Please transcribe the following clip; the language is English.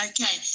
Okay